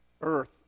earth